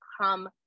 come